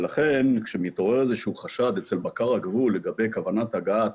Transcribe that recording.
לכן כשמתעורר איזשהו חשד אצל בקר הגבול לגבי כוונת הגעת